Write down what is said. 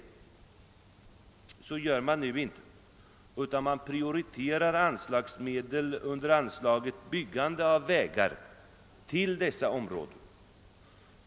Men så gör man inte, utan man prioriterar anslagsmedel för dessa områden under anslaget Byggande av vägar.